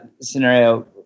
scenario